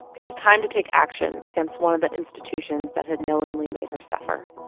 it was time to take action against one of the institutions that had knowingly made her suffer.